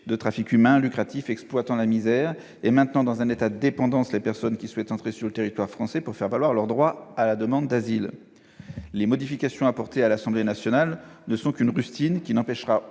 un trafic humain lucratif, exploitant la misère et maintenant dans un état de dépendance les personnes qui souhaitent entrer sur le territoire français pour faire valoir leur droit à l'asile. Les modifications apportées au dispositif par l'Assemblée nationale ne sont qu'une rustine, qui n'empêchera